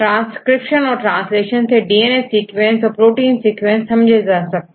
transcription और translation से DNA sequence और प्रोटीन सीक्वेंस प्राप्त किए जा सकते हैं